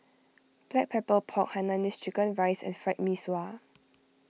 Black Pepper Pork Hainanese Chicken Rice and Fried Mee Sua